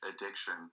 addiction